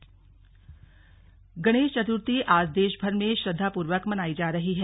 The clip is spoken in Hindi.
गणेश चत्र्थी गणेश चतुर्थी आज देशभर में श्रद्वापूर्वक मनाई जा रही है